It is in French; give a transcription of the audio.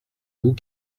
vous